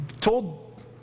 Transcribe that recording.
told